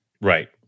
right